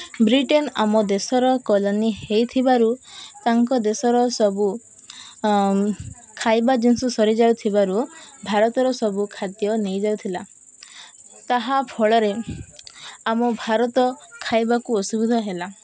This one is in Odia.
ବ୍ରିଟେନ୍ ଆମ ଦେଶର କଲୋନୀ ହୋଇଥିବାରୁ ତାଙ୍କ ଦେଶର ସବୁ ଖାଇବା ଜିନିଷ ସରିଯାଉଥିବାରୁ ଭାରତର ସବୁ ଖାଦ୍ୟ ନେଇଯାଉଥିଲା ତାହା ଫଳରେ ଆମ ଭାରତ ଖାଇବାକୁ ଅସୁବିଧା ହେଲା